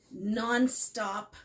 nonstop